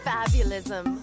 Fabulism